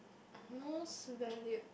most valued